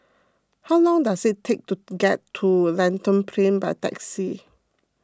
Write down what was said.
how long does it take to get to Lentor Plain by taxi